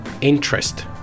interest